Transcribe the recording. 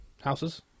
houses